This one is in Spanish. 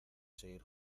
seguir